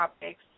topics